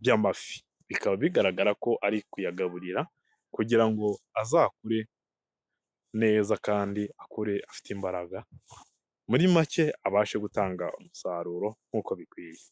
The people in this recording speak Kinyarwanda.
by'amafi, bikaba bigaragara ko ari kuyagaburira kugira ngo azakure neza kandi akure afite imbaraga, muri make abashe gutanga umusaruro nk'uko bikwiye.